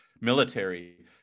military